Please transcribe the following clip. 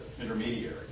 intermediary